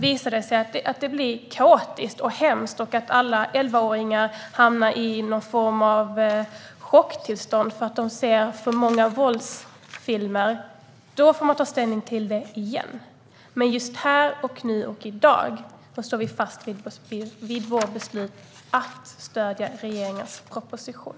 Visar det sig att det blir kaotiskt och hemskt och att alla elvaåringar hamnar i någon form av chocktillstånd för att de ser för många våldsfilmer får man ta ställning till det igen. Men just här och nu och i dag står vi fast vid vårt beslut att stödja regeringens proposition.